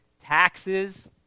taxes